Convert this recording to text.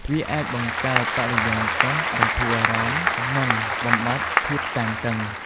វាអាចបង្កើតបរិយាកាសបន្ធូរអារម្មណ៍ និងបំបាត់ភាពតានតឹង។